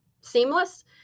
seamless